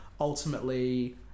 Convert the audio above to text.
ultimately